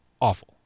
Awful